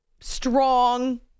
strong –